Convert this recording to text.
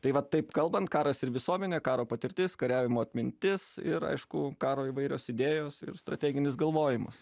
tai vat taip kalbant karas ir visuomenė karo patirtis kariavimo atmintis ir aišku karo įvairios idėjos ir strateginis galvojimas